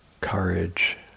courage